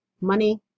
Money